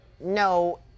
no